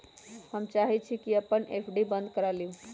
हम चाहई छी कि अपन एफ.डी बंद करा लिउ